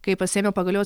kai pasiėmiau pagaliau